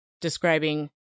describing